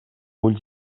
ulls